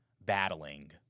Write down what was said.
battling